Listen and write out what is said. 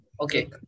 okay